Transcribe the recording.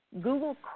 Google